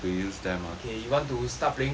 okay you want to start playing first